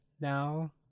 now